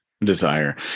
Desire